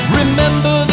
remember